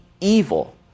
evil